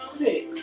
six